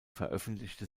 veröffentlichte